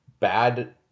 bad